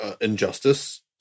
injustice